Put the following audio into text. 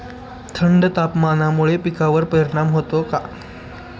थंड तापमानामुळे पिकांवर परिणाम होतो का?